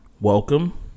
Welcome